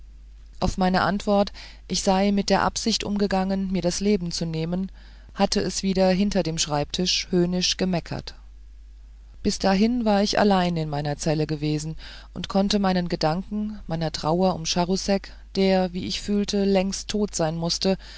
auf meine antwort ich sei mit der absicht umgegangen mir das leben zu nehmen hatte es wieder hinter dem schreibtisch höhnisch gemeckert bis dahin war ich allein in meiner zelle gewesen und konnte meinen gedanken meiner trauer um charousek der wie ich fühlte längst tot sein mußte